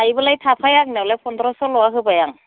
थायोब्लालाय थाफै आंनावलाय फन्द्रस'ल' होबाय आं